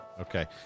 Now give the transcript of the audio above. Okay